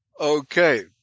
Okay